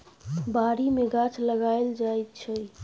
बारी मे गाछ लगाएल जाइ छै